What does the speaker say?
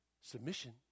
submission